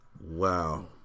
wow